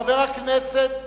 חבר הכנסת גילאון,